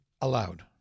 allowed